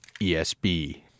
ESB